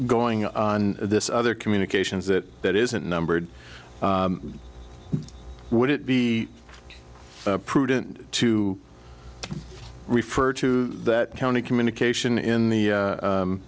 going on this other communications that that isn't numbered would it be prudent to refer to that county communication in the